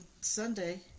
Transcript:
sunday